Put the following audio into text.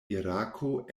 irako